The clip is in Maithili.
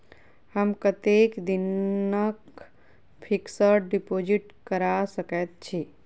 हम कतेक दिनक फिक्स्ड डिपोजिट करा सकैत छी?